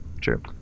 True